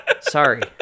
Sorry